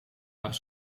haar